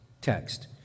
text